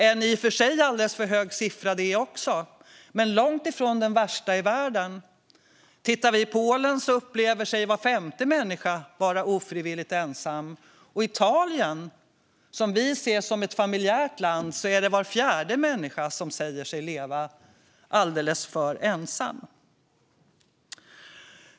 Det är i och för sig också en alldeles för hög siffra, men den är långtifrån den värsta i världen. I Polen upplever sig var femte människa vara ofrivilligt ensam, och i Italien - som vi ser som ett familjeorienterat land - säger sig var fjärde människa vara alldeles för ensam.